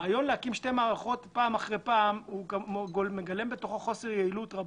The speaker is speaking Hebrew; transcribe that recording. הרעיון להקים שתי מערכות פעם אחר פעם מגלם בתוכו חוסר יעילות רבתי.